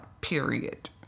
period